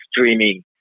streaming